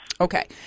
okay